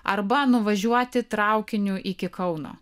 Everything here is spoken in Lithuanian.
arba nuvažiuoti traukiniu iki kauno